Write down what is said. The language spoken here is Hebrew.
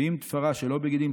"ואם תפרה שלא בגידין,